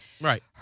Right